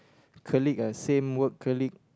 colleague ah same work colleague